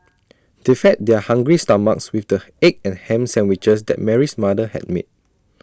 they fed their hungry stomachs with the egg and Ham Sandwiches that Mary's mother had made